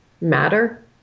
matter